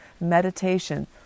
meditation